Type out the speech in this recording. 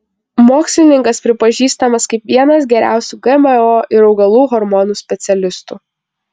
mokslininkas pripažįstamas kaip vienas geriausių gmo ir augalų hormonų specialistų